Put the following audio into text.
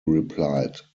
replied